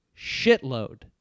shitload